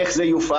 איך זה יופעל